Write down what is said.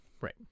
Right